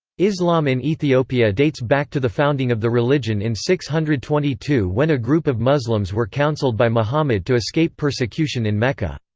islam in ethiopia dates back to the founding of the religion in six hundred and twenty two when a group of muslims were counseled by muhammad to escape persecution in mecca.